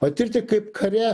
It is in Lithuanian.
o tirti kaip kare